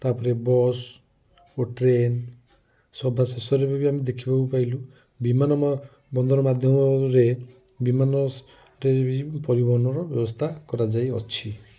ତାପରେ ବସ୍ ଓ ଟ୍ରେନ୍ ସବା ଶେଷରେ ବି ଆମେ ଦେଖିବାକୁ ପାଇଲୁ ବିମାନ ବ ବନ୍ଦର ମାଧ୍ୟମ ରେ ବିମାନ ସ୍ ଟେ ପରିବହନର ବ୍ୟବସ୍ଥା କରାଯାଇଅଛି